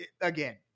again